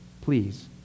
Please